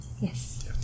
Yes